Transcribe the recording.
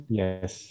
yes